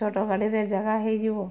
ଛୋଟ ଗାଡ଼ିରେ ଜାଗା ହୋଇଯିବ